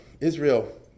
Israel